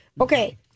Okay